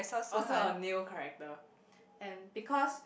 also a new character and because